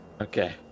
Okay